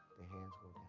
the hands go